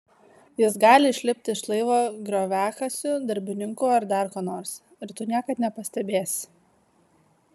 jis gali išlipti iš laivo grioviakasiu darbininku ar dar kuo nors ir tu niekad nepastebėsi